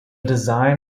design